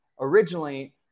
originally